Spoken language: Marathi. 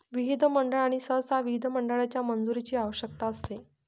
विधिमंडळ आणि सहसा विधिमंडळाच्या मंजुरीची आवश्यकता असते